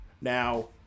now